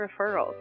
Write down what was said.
referrals